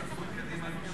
נוכחות קדימה מרשימה מאוד.